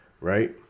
Right